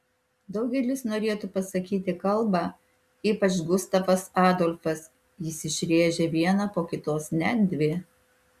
daugelis norėtų pasakyti kalbą ypač gustavas adolfas jis išrėžia vieną po kitos net dvi